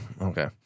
Okay